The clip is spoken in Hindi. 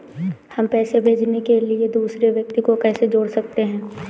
हम पैसे भेजने के लिए दूसरे व्यक्ति को कैसे जोड़ सकते हैं?